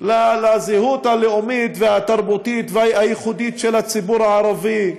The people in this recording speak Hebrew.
לזהות הלאומית והתרבותית הייחודית של הציבור הערבי,